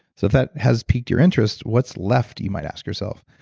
so that has piqued your interest, what's left? you might ask yourself.